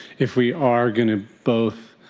if we are going to both